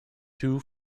two